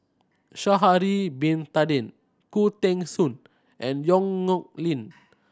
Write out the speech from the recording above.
Sha'ari Bin Tadin Khoo Teng Soon and Yong Nyuk Lin